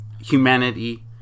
humanity